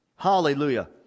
hallelujah